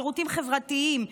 שירותים חברתיים,